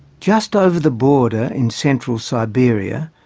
just over the border in central siberia,